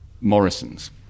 Morrison's